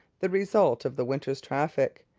the result of the winter's traffic.